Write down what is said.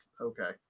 okay